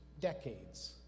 decades